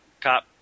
cop